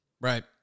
Right